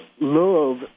love